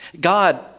God